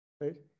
right